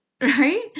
Right